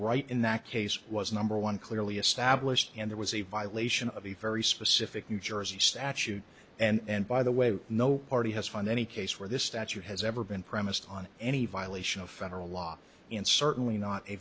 right in that case was number one clearly established and there was a violation of a very specific new jersey statute and by the way no party has found any case where this statute has ever been premised on any violation of federal law and certainly not a